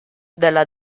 della